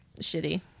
shitty